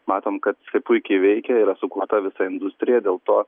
matom kad tai puikiai veikia yra suklota visa industrija dėl to